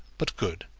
but good,